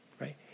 right